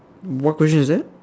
what question is that